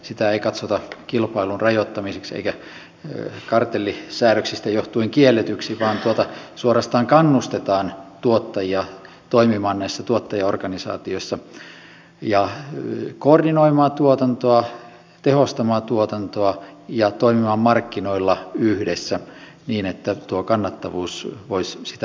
sitä ei katsota kilpailun rajoittamiseksi eikä kartellisäädöksistä johtuen kielletyksi vaan suorastaan kannustetaan tuottajia toimimaan näissä tuottajaorganisaatioissa ja koordinoimaan tuotantoa tehostamaan tuotantoa ja toimimaan markkinoilla yhdessä niin että tuo kannattavuus voisi sitä kautta parantua